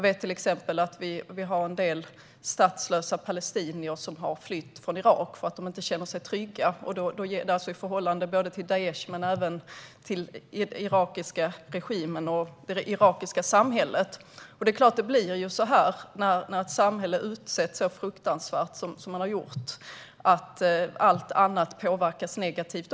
En del statslösa palestinier har till exempel flytt från Irak för att de inte känner sig trygga vare sig i förhållande till Daish, den irakiska regimen eller det irakiska samhället. När ett samhälle utsätts så här fruktansvärt påverkas också allt annat negativt.